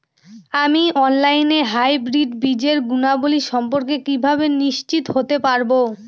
আমি অনলাইনে হাইব্রিড বীজের গুণাবলী সম্পর্কে কিভাবে নিশ্চিত হতে পারব?